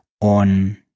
on